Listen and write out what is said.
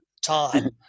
time